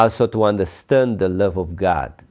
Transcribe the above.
are so to understand the love of god